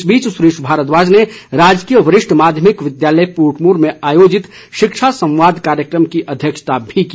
इस बीच सुरेश भारद्वाज ने राजकीय वरिष्ठ माध्यमिक विद्यालय पोर्टमोर में आयोजित शिक्षा संवाद कार्यक्रम की अध्यक्षता भी की